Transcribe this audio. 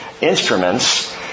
instruments